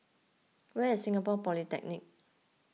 where is Singapore Polytechnic